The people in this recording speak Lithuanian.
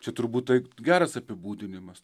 čia turbūt taip geras apibūdinimas